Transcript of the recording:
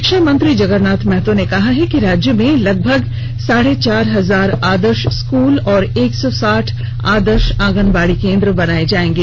शिक्षा मंत्री जगरनाथ महतो ने कहा है कि राज्य में लगभग साढ़े चार हजार आदर्श स्कूल और एक सौ साठ आदर्श आंगनबाडी केंद्र बनाये जायेंगे